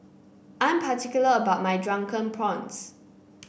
I'm particular about my Drunken Prawns